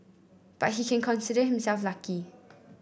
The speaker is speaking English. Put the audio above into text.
but he can consider himself lucky